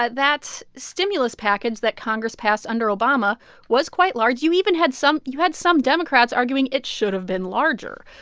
ah that stimulus package that congress passed under obama was quite large. you even had some you had some democrats arguing it should've been larger.